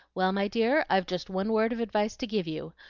well, my dear, i've just one word of advice to give you.